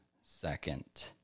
second